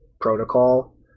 protocol